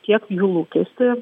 tiek jų lūkestį